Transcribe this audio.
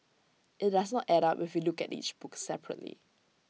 IT does not add up if we look at each book separately